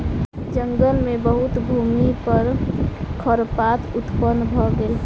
जंगल मे बहुत भूमि पर खरपात उत्पन्न भ गेल